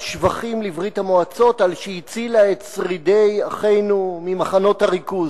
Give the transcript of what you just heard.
שבחים לברית-המועצות על שהצילה את שרידי אחינו ממחנות הריכוז.